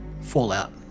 Fallout